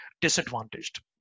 disadvantaged